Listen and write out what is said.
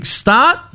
start